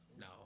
No